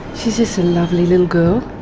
she's just a lovely little girl,